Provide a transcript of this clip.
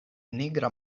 nigra